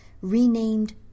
renamed